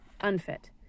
Unfit